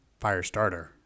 Firestarter